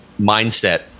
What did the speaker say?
mindset